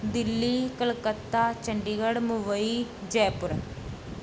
Delhi Calcutta Chandigarh Mumbai Jaipur